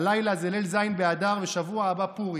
הלילה זה ליל ז' באדר, ובשבוע הבא פורים.